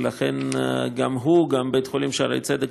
ולכן גם הוא וגם בית-חולים שערי צדק